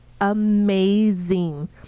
amazing